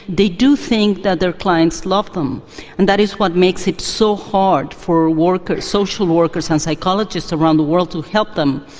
they do think that their clients love them and that is what makes it so hard for ah social workers and psychologists around the world to help them.